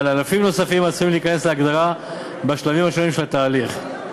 ואלפים נוספים עשויים להיכנס להגדרה בשלבים השונים של התהליך.